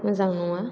मोजां नङा